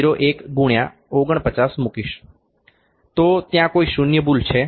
01 ગુણ્યા 49 મુકીશ તો ત્યાં કોઈ શૂન્ય ભૂલ છે